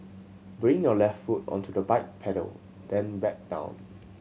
bring your left foot onto the bike pedal then back down